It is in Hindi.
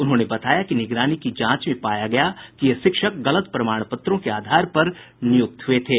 उन्होंने बताया कि निगरानी की जांच में पाया गया कि ये शिक्षक गलत प्रमाण पत्रों के आधार पर नियुक्त हये थे